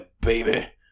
baby